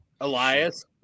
Elias